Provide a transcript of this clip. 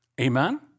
Amen